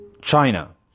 China